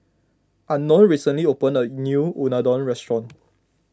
Unknown recently opened a new Unadon restaurant